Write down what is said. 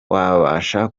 wabasha